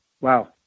Wow